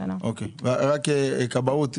רק כבאות,